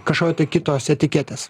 kašo tai kitos etiketės